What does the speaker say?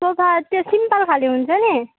sofa त्यो simple खाले हुन्छ नि